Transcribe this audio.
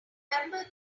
grandpa